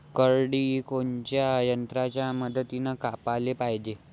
करडी कोनच्या यंत्राच्या मदतीनं कापाले पायजे?